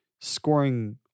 scoring